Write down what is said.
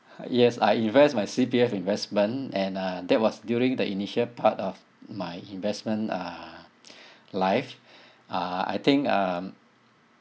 yes I invest my C_P_F investment and uh that was during the initial part of my investment uh life uh I think um